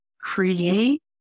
create